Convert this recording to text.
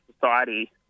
society